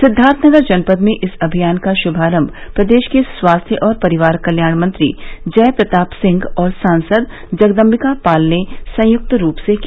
सिद्वार्थनगर जनपद में इस अभियान का शुभारम्भ प्रदेश के स्वास्थ्य और परिवार कल्याण मंत्री जय प्रताप सिंह और सांसद जगदम्बिका पाल ने संयुक्त रूप से किया